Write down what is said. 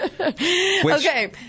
Okay